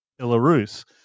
Belarus